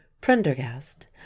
Prendergast